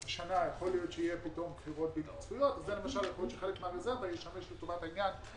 יש הגדרה בחוק נציבות שירות המדינה בנוגע למי הוא חרדי: